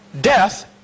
death